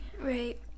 right